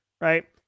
Right